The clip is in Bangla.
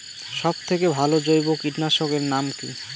সব থেকে ভালো জৈব কীটনাশক এর নাম কি?